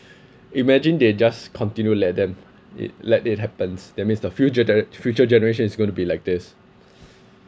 imagine they just continue let them it let it happens that means the future genera~ future generation it's going to be like this